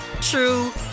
true